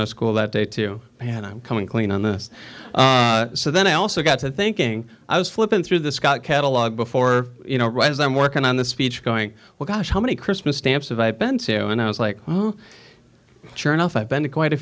a school that day too and i'm coming clean on this so then i also got to thinking i was flipping through the scott catalog before you know right as i'm working on the speech going well gosh how many christmas stamps of i have been to and i was like oh sure enough i've been to quite a